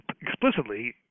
explicitly